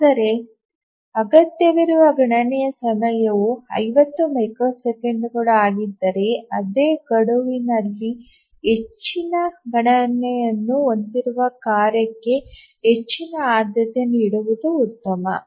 ಆದರೆ ಅಗತ್ಯವಿರುವ ಗಣನೆಯ ಸಮಯವು 50 ಮೈಕ್ರೊ ಸೆಕೆಂಡುಗಳು ಆಗಿದ್ದರೆ ಅದೇ ಗಡುವಿನಲ್ಲಿ ಹೆಚ್ಚಿನ ಗಣನೆಯನ್ನು ಹೊಂದಿರುವ ಕಾರ್ಯ ಕ್ಕೆ ಹೆಚ್ಚಿನ ಆದ್ಯತೆ ನೀಡುವುದು ಉತ್ತಮ